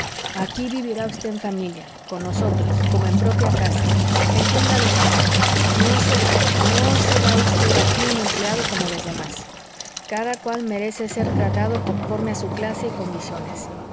aquí vivirá usted en familia con nosotros como en propia casa entiéndalo usted no será no será usted aquí un empleado como los demás cada cual merece ser tratado conforme a su clase y condiciones